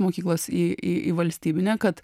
mokyklos į į į valstybinę kad